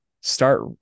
Start